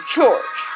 George